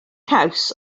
caws